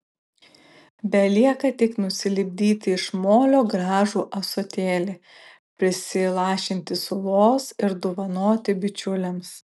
belieka tik nusilipdyti iš molio gražų ąsotėlį prisilašinti sulos ir dovanoti bičiuliams